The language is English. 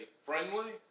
Friendly